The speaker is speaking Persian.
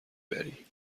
بری